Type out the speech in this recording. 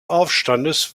aufstandes